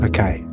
Okay